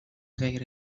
غیر